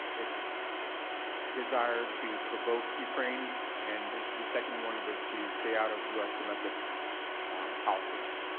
its desire to provoke ukraine, and the second one was to stay out of u s. domestic policy.